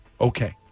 okay